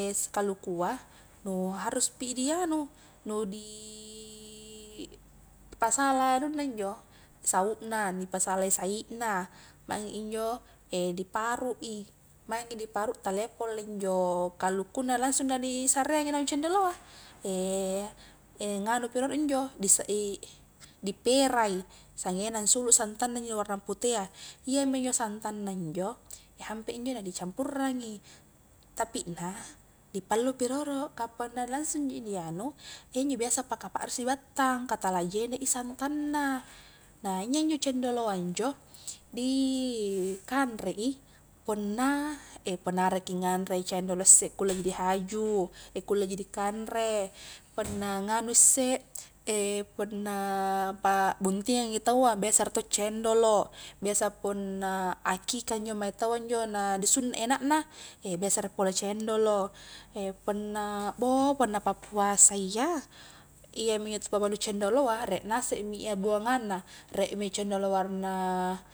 kalukua, nu harus pi i di anu, nu di pasala anunna injo, saukna ni pasalai saik na, maing injo di paru i, maingi di parut, talia pole injo kalukunna langsung na di sareangi naung cendoloa nganu pi rolo injo, di di perai, sanggenna nsulu santang na injo nu warna putea iyaminjo santang na injo hampe injo na di campurrangi, tapi na, di pallu pi roro, ka punna langsung ji i ni anu iyanjo biasa paka pakrisi battang ka tala jene' i santang na na injo-njo cendoloa injo di kanre i, punna punna arakki nganre cendolo isse kulle jii di haju, kulle ji dikanre, punna nganu isse, punna pa'buntingang i taua biasa riek to cendolo', biasa punna aqiqah injo mae taua injo na di sunna i anak biasa riek pole cendolo, punna bou punna pappuasa iya iyaminjo tu pabalau cendoloa, riek ngasek mi buangang na, riek mi cendolo warna.